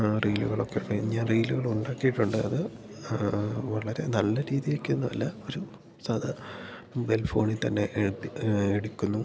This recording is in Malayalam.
റീലുകളൊക്കെ ഞാൻ ഞാ റീലുകളുണ്ടാക്കീട്ടുണ്ടത് ആ വളരെ നല്ല രീതിക്കൊന്നും അല്ല ഒരു സാധാ മൊബൈൽ ഫോണിൽ തന്നെ എട്ത്ത് എട്ക്കുന്നു